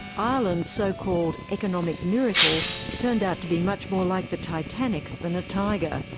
ireland's so-called economic miracle turned out to be much more like the titanic than a tiger.